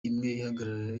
imwe